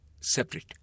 separate